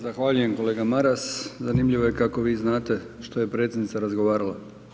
Zahvaljujem kolega Maras, zanimljivo je kako vi znate što je predsjednica razgovarala.